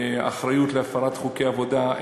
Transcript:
אחריות להפרת חוקי עבודה,